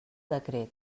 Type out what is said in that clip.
decret